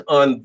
on